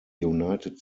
united